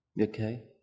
Okay